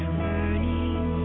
burning